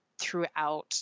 throughout